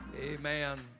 Amen